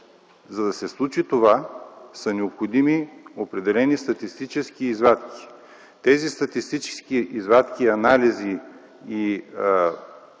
за да се случи това, са необходими определени статистически извадки. Тези статистически извадки, анализи и разчети